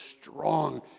strong